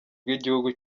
bw’igihugu